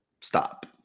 stop